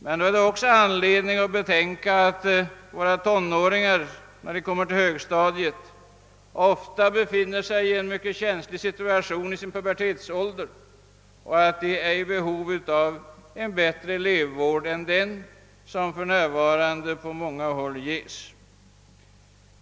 Men det finns då anledning att betänka att tonåringarna när de kommer till högstadiet dessutom befinner sig i den känsliga pubertetsåldern och behöver bättre elevvård än den som på många håll ges.